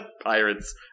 Pirates